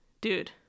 dude